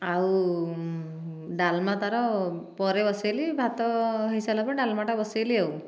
ଆଉ ଡାଲମା ତାର ପରେ ବସେଇଲି ଭାତ ହୋଇସାରିଲା ପରେ ଡାଲମା ଟା ବସେଇଲି ଆଉ